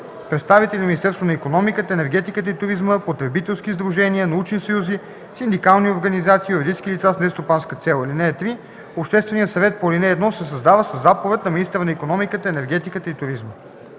представители на Министерството на икономиката, енергетиката и туризма, потребителски сдружения, научни съюзи, синдикални организации и юридически лица с нестопанска цел. (3) Общественият съвет по ал. 1 се създава със заповед на министъра на икономиката, енергетиката и туризма.